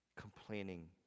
Complaining